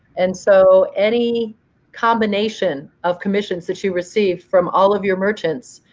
and so any combination of commissions that you receive from all of your merchants,